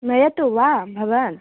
नयतु वा भवान्